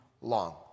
long